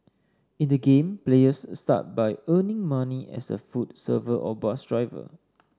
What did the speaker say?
in the game players start by earning money as a food server or bus driver